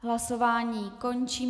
Hlasování končím.